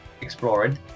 Exploring